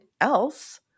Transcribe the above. else